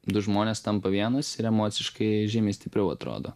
du žmonės tampa vienas ir emociškai žymiai stipriau atrodo